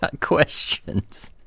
questions